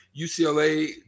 UCLA